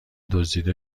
دزدیده